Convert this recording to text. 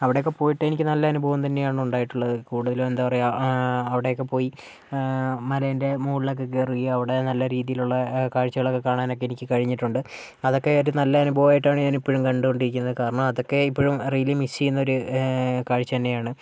അവിടേക്ക് പോയിട്ട് എനിക്ക് നല്ല അനുഭവം തന്നെയാണ് ഉണ്ടായിട്ടുള്ളത് കൂടുതലും എന്താ പറയുക അവിടെയൊക്കെ പോയി മലേൻ്റെ മുകളിലൊക്കെ കയറി അവിടെ നല്ല രീതിയിലുള്ള കാഴ്ചകളൊക്കെ കാണാനെനിക്ക് കഴിഞ്ഞിട്ടുണ്ട് അതൊക്കെ ഒരു നല്ല അനുഭവമായിട്ടാണ് ഞാൻ ഇപ്പോഴും കണ്ടുകൊണ്ടിരിക്കുന്നത് കാരണം അതൊക്കെ ഇപ്പോഴും റിയലി മിസ്സ് ചെയ്യുന്ന ഒരു കാഴ്ച തന്നെയാണ്